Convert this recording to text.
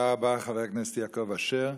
תודה רבה, חבר הכנסת יעקב אשר.